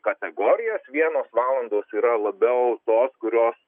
kategorijas vienos valandos yra labiau tos kurios